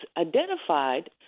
identified